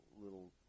little